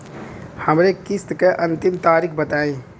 हमरे किस्त क अंतिम तारीख बताईं?